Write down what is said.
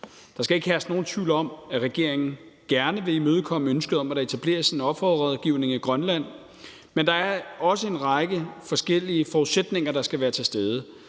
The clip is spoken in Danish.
Der skal ikke herske nogen tvivl om, at regeringen gerne vil imødekomme ønsket om, at der etableres en offerrådgivning i Grønland, men der er også en række forskellige forudsætninger, der skal være til stede.